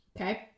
Okay